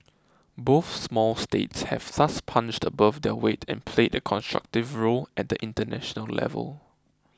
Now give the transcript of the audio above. both small states have thus punched above their weight and played a constructive role at the international level